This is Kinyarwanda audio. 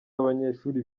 w’abanyeshuri